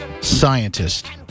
scientist